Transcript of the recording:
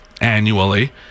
annually